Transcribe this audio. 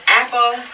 apple